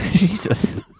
Jesus